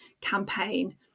campaign